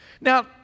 Now